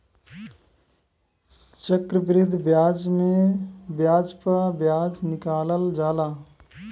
चक्रवृद्धि बियाज मे बियाज प बियाज निकालल जाला